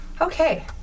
Okay